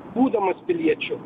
būdamas piliečiu